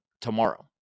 tomorrow